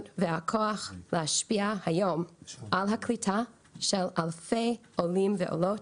והכוח להשפיע היום על הקליטה של אלפי עולים ועולות.